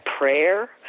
prayer